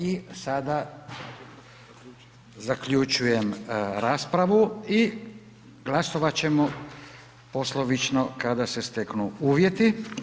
I sada zaključujem raspravu i glasovat ćemo poslovično kada se steknu uvjeti.